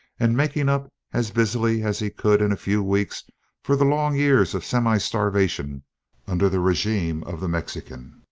and making up as busily as he could in a few weeks for the long years of semi-starvation under the regime of the mexican.